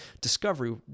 discovery